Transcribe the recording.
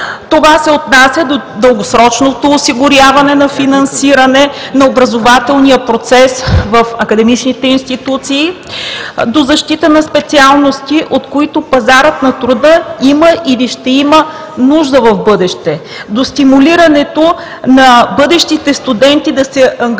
Това се отнася до дългосрочното осигуряване на финансиране на образователния процес в академичните институции; до защитата на специалности, от които пазарът на труда има или ще има нужда в бъдеще; до стимулирането на бъдещите студенти да се ангажират